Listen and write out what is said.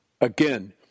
Again